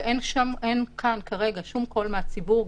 ואין כאן כרגע שום קול מהציבור,